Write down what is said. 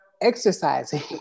exercising